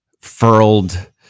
furled